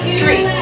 three